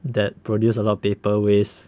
that produced a lot of paper waste